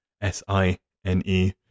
S-I-N-E